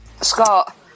Scott